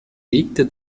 legte